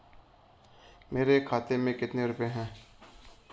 मेरे खाते में कितने रुपये हैं?